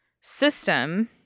system